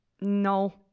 No